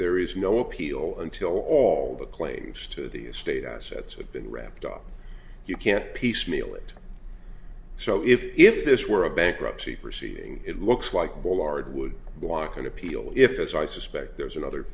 there is no appeal until all the claims to the state assets have been ramped up you can't piecemeal it so if this were a bankruptcy proceeding it looks like the lard would block an appeal if as i suspect there's another